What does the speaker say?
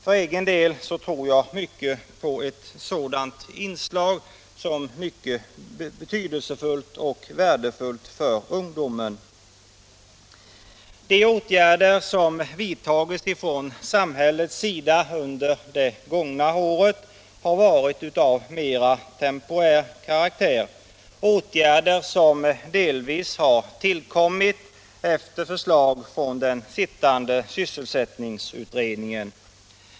För egen del tror jag att ett sådant inslag vore mycket betydelsefullt och värdefullt för ungdomen. De åtgärder som har vidtagits från samhällets sida under det gångna året har varit av mera temporär karaktär och har tillkommit efter förslag från den sittande sysselsättningsutredningen.